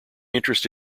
interest